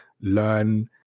learn